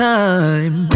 time